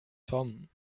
tom